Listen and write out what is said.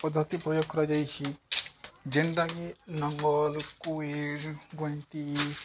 ପଦ୍ଧତି ପ୍ରୟୋଗ କରାଯାଇଛି ଯେନ୍ଟାକି ନଙ୍ଗଲ କୁଇଡ଼ ଗଇନ୍ତି